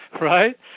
right